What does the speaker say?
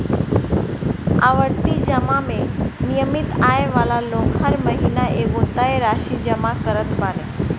आवर्ती जमा में नियमित आय वाला लोग हर महिना एगो तय राशि जमा करत बाने